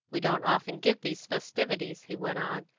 we don't often give these festivities, he went on,